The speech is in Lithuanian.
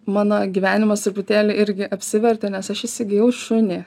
mano gyvenimas truputėlį irgi apsivertė nes aš įsigijau šunį